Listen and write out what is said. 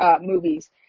movies